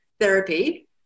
therapy